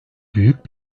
büyük